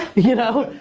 you know,